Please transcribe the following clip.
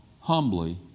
humbly